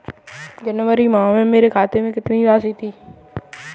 जनवरी माह में मेरे खाते में कितनी राशि थी?